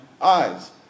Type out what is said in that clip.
eyes